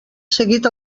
seguit